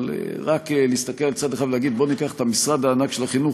אבל רק להסתכל על צד אחד ולהגיד: בוא ניקח את המשרד הענק של החינוך,